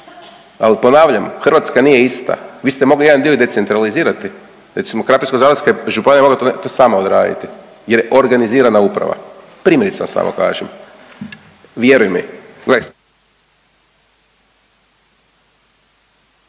Al ponavljam, Hrvatska nije ista, vi ste mogli i jedan dio decentralizirati. Recimo Krapinsko-zagorska županija je mogla to sama odraditi jer je organizirana uprava, primjerice vam samo kažem. Vjeruj mi